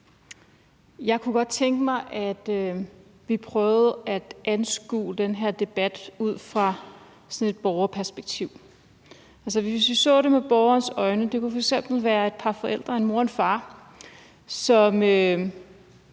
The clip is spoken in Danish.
Jeg kunne godt tænke mig, at vi prøvede at anskue den her debat ud fra et borgerperspektiv, altså at vi så det med borgerens øjne. Det kunne f.eks. være et par forældre, en mor og en far, som